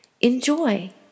Enjoy